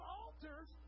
altars